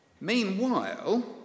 Meanwhile